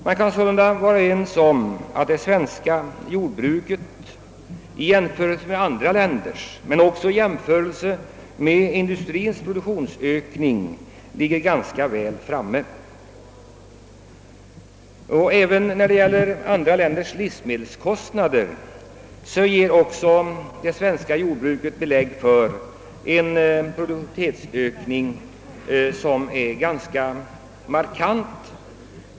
Vårt jordbruk ligger sålunda väl framme både jämfört med andra länders jordbruk och om man jämför med ökningen inom industrien. Även när det gäller livsmedelskostnaderna i andra länder finns det belägg för att vårt svenska jordbruk har genomgått en markant produktivitetsökning.